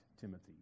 Timothy